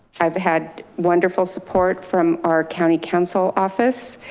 i've had wonderful support from our county council office